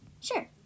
Sure